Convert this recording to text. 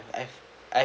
I have I